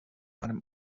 einem